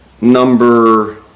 number